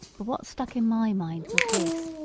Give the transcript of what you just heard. but what stuck in my mind was this,